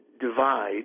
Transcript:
divide